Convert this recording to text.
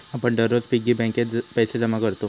आपण दररोज पिग्गी बँकेत पैसे जमा करतव